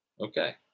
Okay